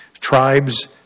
tribes